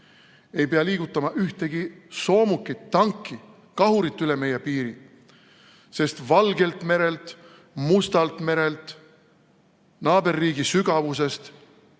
ei pea liigutama ühtegi soomukit, tanki, kahurit üle meie piiri. Sest Valgelt merelt, Mustalt merelt, naaberriigi sügavusest